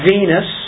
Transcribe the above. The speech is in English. Venus